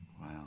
Wow